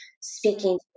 Speaking